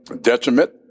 detriment